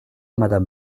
madame